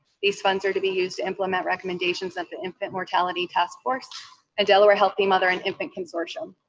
these funds are to be used to implement recommendations of the infant mortality task force and delaware healthy mother and infant consortium.